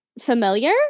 familiar